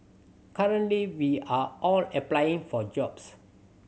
currently we are all applying for jobs